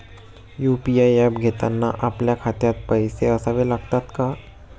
UPI app घेताना आपल्या खात्यात पैसे असावे लागतात का?